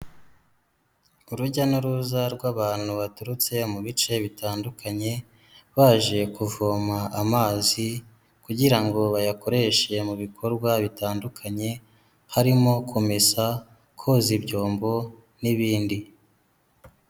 Urujya n'uruza rw'abantu baturutse mu bice bitandukanye, baje kuvoma amazi kugira ngo bayakoreshe mu bikorwa bitandukanye, harimo kumesa, koza ibyombo n'ibindi.